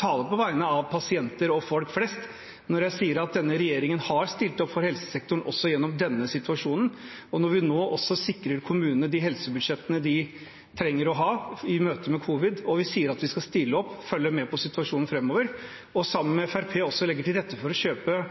taler på vegne av pasienter og folk flest når jeg sier at denne regjeringen har stilt opp for helsesektoren også gjennom denne situasjonen. Når vi nå også sikrer kommunene de helsebudsjettene de trenger å ha i møte med covid, og vi sier at vi skal stille opp, følge med på situasjonen framover og sammen med Fremskrittspartiet legge til rette for å kjøpe